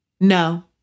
No